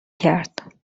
کرد